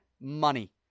money